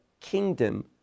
kingdom